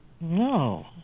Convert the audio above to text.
No